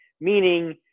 meaning